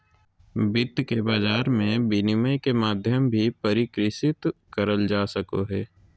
वित्त के बाजार मे विनिमय के माध्यम भी परिष्कृत करल जा सको हय